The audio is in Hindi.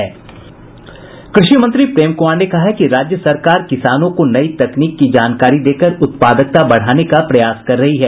कृषि मंत्री प्रेम कुमार ने कहा है कि राज्य सरकार किसानों को नयी तकनीक की जानकारी देकर उत्पादकता बढ़ाने का प्रयास कर रही है